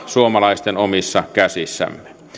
suomalaisten omissa käsissä